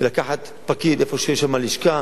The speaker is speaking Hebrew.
לקחת פקיד במקום שיש לשכה,